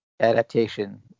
adaptation